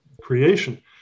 creation